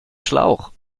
schlauch